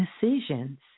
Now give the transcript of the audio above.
decisions